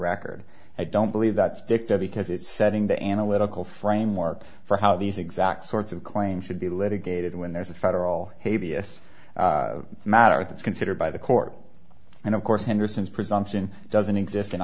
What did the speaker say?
record i don't believe that's dicta because it's setting the analytical framework for how these exact sorts of claims should be litigated when there's a federal hevia this matter that's considered by the court and of course henderson's presumption doesn't exist in